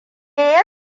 ya